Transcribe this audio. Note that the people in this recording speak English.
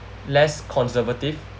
less conservative